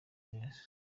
neza